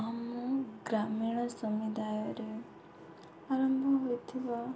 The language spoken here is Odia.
ଆମ ଗ୍ରାମୀଣ ସମୁଦାୟରେ ଆରମ୍ଭ ହୋଇଥିବା